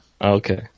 Okay